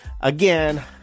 again